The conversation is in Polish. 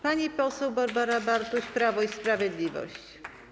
Pani poseł Barbara Bartuś, Prawo i Sprawiedliwość.